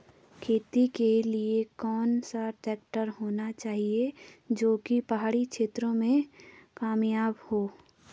खेती के लिए कौन सा ट्रैक्टर होना चाहिए जो की पहाड़ी क्षेत्रों में कामयाब हो?